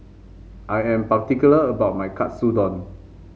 I am particular about my Katsudon